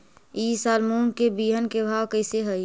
ई साल मूंग के बिहन के भाव कैसे हई?